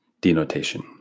denotation